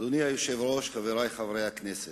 אדוני היושב-ראש, חברי חברי הכנסת,